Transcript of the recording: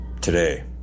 today